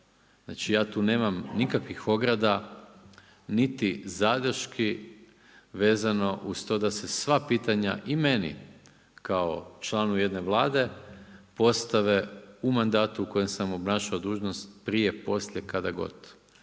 Znači ja tu nemam nikakvih ograda, niti zadrški vezano uz to da se sva pitanja i meni kao članu jedne Vlade postave u mandatu u kojem sam obnašao dužnost prije, poslije, kada god.